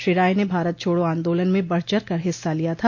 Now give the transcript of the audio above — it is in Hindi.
श्री राय ने भारत छोड़ो आन्दोलन में बढ़चढ़ कर हिस्सा लिया था